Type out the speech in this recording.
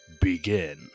begin